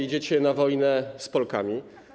Idziecie na wojnę z Polkami.